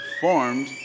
formed